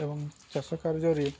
ଏବଂ ଚାଷ କାର୍ଯ୍ୟରେ